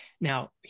Now